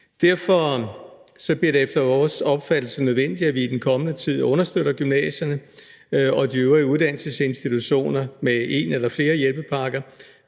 Derfor bliver det efter vores opfattelse nødvendigt, at vi i den kommende tid understøtter gymnasierne og de øvrige uddannelsesinstitutioner med en eller flere hjælpepakker,